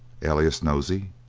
alias nosey,